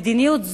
מדיניות זו,